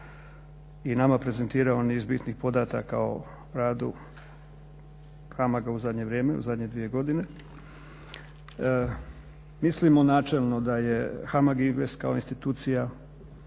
i nama prezentirao niz bitnih podataka o radu HAMAG-a u zadnje dvije godine. Mislimo načelno da je HAMAG Invest kao institucija